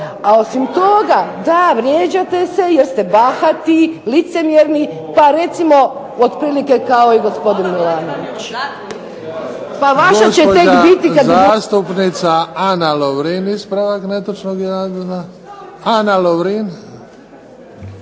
vi vrijeđate. Da vrijeđate se jer ste bahati, licemjerni, pa recimo otprilike kao gospodin MIlanović. **Bebić, Luka (HDZ)** Gospođa zastupnica Ana Lovrin, ispravak netočnog navoda. **Lovrin,